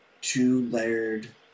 two-layered